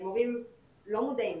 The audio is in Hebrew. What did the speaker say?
מורים לא מודעים,